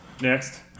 Next